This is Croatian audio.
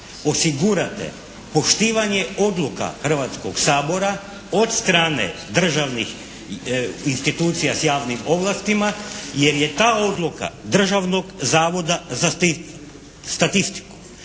osigurate poštivanje odluka Hrvatskog sabora od strane državnih institucija s javnim ovlastima, jer je ta odluka Državnog zavoda za statistiku